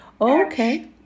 Okay